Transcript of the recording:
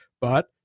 But-